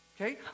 okay